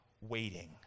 waiting